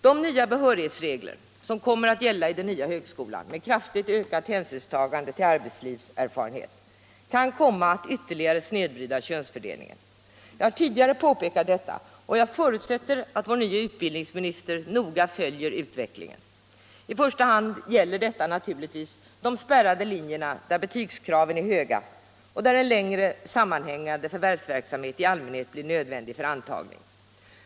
De nya behörighetsregler som kommer att gälla i den nya högskolan, med kraftigt ökat hänsynstagande till arbetslivserfarenhet, kan komma att ytterligare snedvrida könsfördelningen. Jag har tidigare påpekat detta, och jag förutsätter att vår nve utbildningsminister noga följer utvecklingen på detta område. I första hand gäller detta naturligtvis de spärrade linjerna, där betygskraven är höga och där en längre sammanhängande förvärvsverksamhet i allmänhet blir nödvändig för antagning.